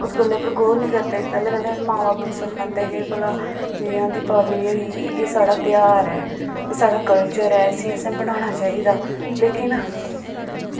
उस गल्ला पर गौर निं करदे पैह्लें पैह्लें मां बब्ब बी सखांदे भला जि'यां दिवाली होई एह् साढ़ा तेहार ऐ एह् साढ़ा कल्चर ऐ इस्सी असें मनाना चाहिदा लेकिन